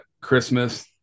Christmas